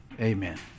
Amen